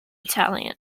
italian